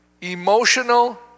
emotional